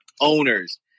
Owners